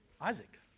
Isaac